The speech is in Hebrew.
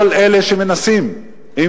כל אלה שמנסים, אם